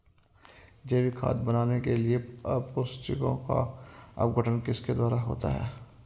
जैविक खाद बनाने के लिए अपशिष्टों का अपघटन किसके द्वारा होता है?